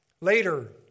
later